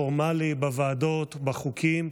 פעולה יחד באופן פורמלי בוועדות ובחוקים,